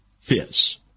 fits